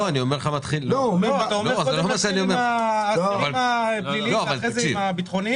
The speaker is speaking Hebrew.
אתה אומר קודם נתחיל עם האסירים הפליליים ואחרי זה עם הביטחוניים?